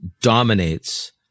dominates